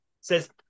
says